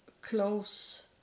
close